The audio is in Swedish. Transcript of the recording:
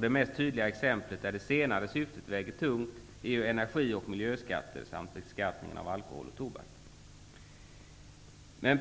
Det mest tydliga exemplet där det senare syftet väger tungt är energi och miljöskatter samt beskattningen av alkohol och tobak.